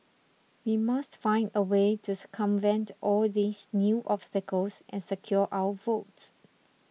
we must find a way to circumvent all these new obstacles and secure our votes